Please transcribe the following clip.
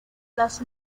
las